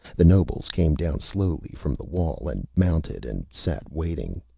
the nobles came down slowly from the wall and mounted, and sat waiting.